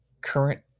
current